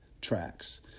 tracks